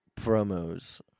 promos